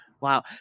Wow